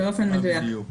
באופן מדויק.